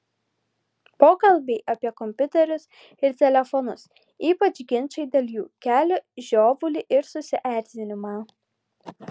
pokalbiai apie kompiuterius ir telefonus ypač ginčai dėl jų kelia žiovulį ir susierzinimą